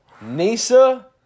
Nisa